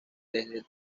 desde